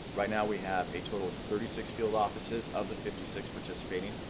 right now we have a total of thirty six field offices of the fifty six participating,